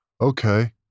Okay